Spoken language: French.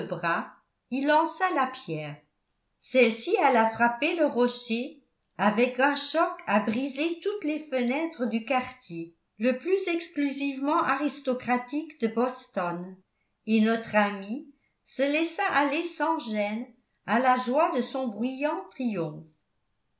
bras il lança la pierre celle-ci alla frapper le rocher avec un choc à briser toutes les fenêtres du quartier le plus exclusivement aristocratique de boston et notre ami se laissa aller sans gêne à la joie de son bruyant